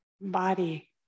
body